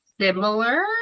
similar